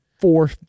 four